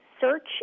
search